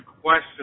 question